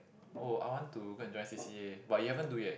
oh I want to go and join C_C_A but you haven't do yet